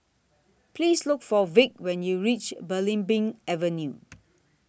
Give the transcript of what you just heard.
Please Look For Vic when YOU REACH Belimbing Avenue